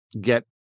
get